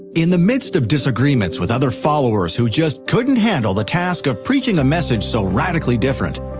in the midst of disagreements with other followers who just couldn't handle the task of preaching a message so radically different,